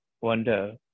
wonder